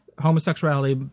homosexuality